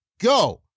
go